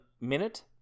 minute